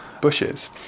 bushes